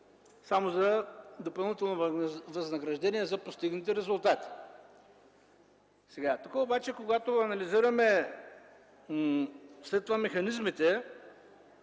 само за допълнително възнаграждение за постигнати резултати. Тук обаче, когато анализираме след това механизмите,